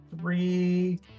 three